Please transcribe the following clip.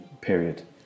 period